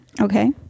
Okay